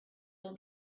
all